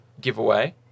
giveaway